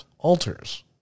Altars